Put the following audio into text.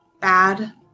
bad